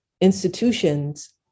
institutions